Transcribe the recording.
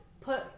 put